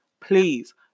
please